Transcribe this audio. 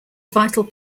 vital